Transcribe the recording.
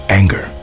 anger